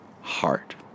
heart